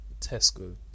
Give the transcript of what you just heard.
Tesco